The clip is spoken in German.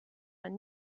man